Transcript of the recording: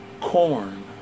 corn